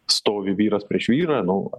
stovi vyras prieš vyrą nu